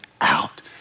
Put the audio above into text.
out